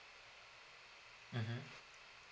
mmhmm